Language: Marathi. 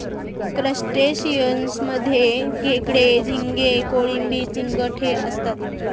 क्रस्टेशियंस मध्ये खेकडे, झिंगे, कोळंबी, चिंगट हे असतात